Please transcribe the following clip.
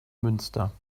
münster